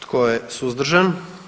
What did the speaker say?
Tko je suzdržan?